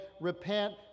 repent